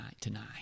tonight